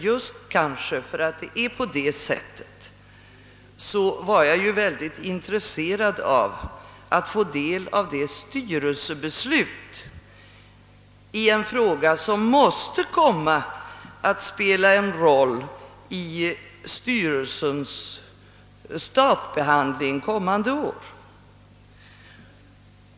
Just därför att det är på detta sätt vore det ju ytterst intressant att få del av styrelsebeslutet i en fråga som måste komma att spela en roll i styrelsens statbehandling följande år.